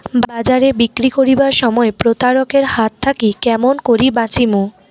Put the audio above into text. বাজারে বিক্রি করিবার সময় প্রতারক এর হাত থাকি কেমন করি বাঁচিমু?